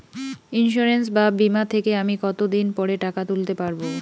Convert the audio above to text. Insurance বা বিমা থেকে আমি কত দিন পরে টাকা তুলতে পারব?